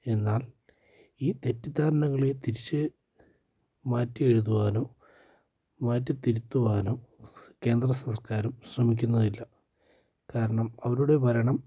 എന്നാൽ ഈ തെറ്റിദ്ധാരണകളെ തിരിച്ചു മാറ്റി എഴുതുുവാനോ മാറ്റി തിരുത്തുവാനോ കേന്ദ്ര സംസ്കാരം ശ്രമിക്കുന്നതില്ല കാരണം അവരുടെ ഭരണം